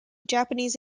japanese